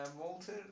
Walter